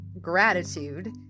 gratitude